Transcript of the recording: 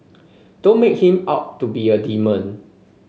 don't make him out to be a demon